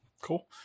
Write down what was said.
cool